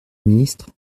ministre